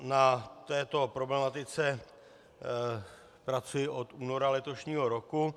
Na této problematice pracuji od února letošního roku.